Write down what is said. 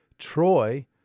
Troy